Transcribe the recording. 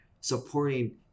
supporting